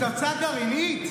תודה רבה.